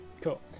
cool